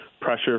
pressure